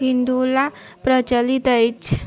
इण्डुला प्रचलित अछि